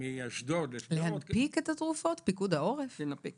מאשדוד --- פיקוד העורף ינפיק